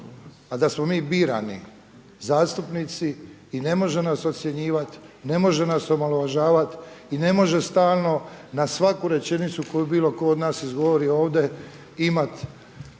a da smo mi birani zastupnici i ne može nas ocjenjivat, ne može nas omalovažavat i ne može stalno na svaku rečenicu koju bilo tko od nas izgovori ovdje imat